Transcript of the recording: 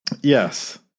Yes